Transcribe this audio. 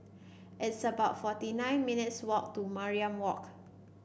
it's about forty nine minutes' walk to Mariam Walk